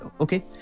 okay